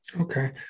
Okay